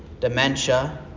dementia